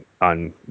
on